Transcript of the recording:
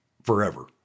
forever